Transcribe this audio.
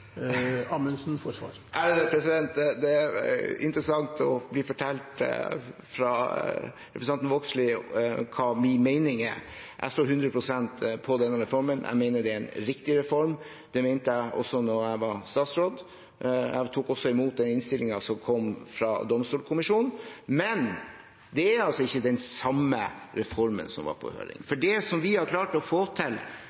Det er interessant å bli fortalt av representanten Vågslid hva min mening er. Jeg står hundre prosent på den reformen. Jeg mener det er en riktig reform, og det mente jeg også da jeg var statsråd. Jeg tok også imot den innstillingen som kom fra domstolkommisjonen. Men det er ikke den samme reformen som var på høring.